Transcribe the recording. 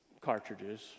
cartridges